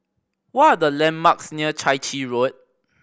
what are the landmarks near Chai Chee Road